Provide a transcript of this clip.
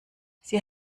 sie